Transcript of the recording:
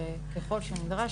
וככל שנדרש,